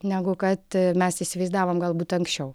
negu kad mes įsivaizdavome galbūt anksčiau